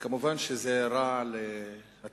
מובן שזה רע להטיל